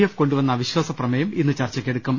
F കൊണ്ടുവന്ന അവിശ്വാസപ്രമേയം ഇന്ന് ചർച്ച ക്കെടുക്കും